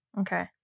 Okay